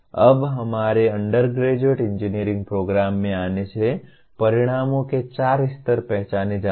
अब हमारे undergraduate engineering program में आने से परिणामों के चार स्तर पहचाने जाते हैं